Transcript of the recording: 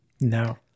No